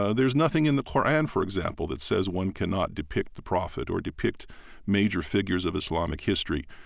ah there's nothing in the qur'an, for example, that says one cannot depict the prophet or depict major figures of islamic history.